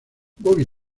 bobby